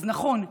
נכון,